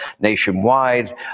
nationwide